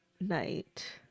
night